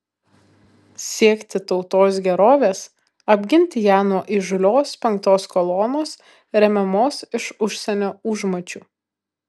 siekti tautos gerovės apginti ją nuo įžūlios penktos kolonos remiamos iš užsienio užmačių